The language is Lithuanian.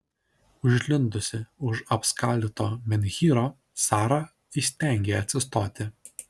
užlindusi už apskaldyto menhyro sara įstengė atsistoti